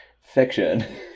Fiction